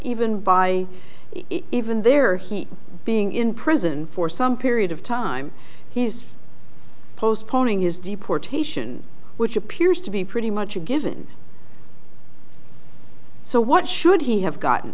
even by even there he being in prison for some period of time he's postponing his deportation which appears to be pretty much a given so what should he have gotten